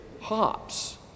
hops